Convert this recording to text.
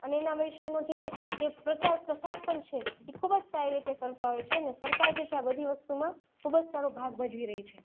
અને એના વિશેનું જે જે પ્રચાર પ્રસાર પણ છે એ ખૂબ જ સારી રીતે કરતાં હોય છે અને સરકાર જે છે એ આ બધી વસ્તુમાં ખૂબ જ સારો ભાગ ભજવી રહી છે